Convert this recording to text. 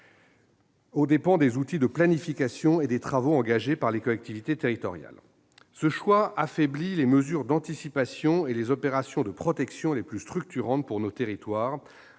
aux dépens des outils de planification et des travaux engagés par les collectivités territoriales. Ce choix affaiblit les mesures d'anticipation et les opérations de protection les plus structurantes pour nos territoires,